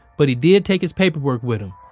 but he did take his paperwork with him.